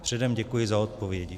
Předem děkuji za odpovědi.